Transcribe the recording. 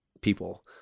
people